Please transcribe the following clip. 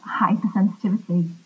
hypersensitivity